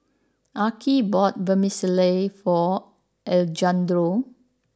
Arkie bought Vermicelli for Alejandro